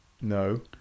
No